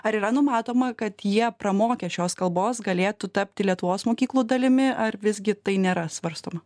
ar yra numatoma kad jie pramokę šios kalbos galėtų tapti lietuvos mokyklų dalimi ar visgi tai nėra svarstoma